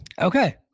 Okay